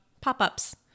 pop-ups